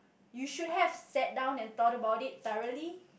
you should have sat down and thought about it thoroughly